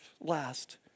last